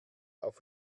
auf